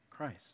Christ